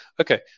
Okay